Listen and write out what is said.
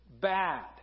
bad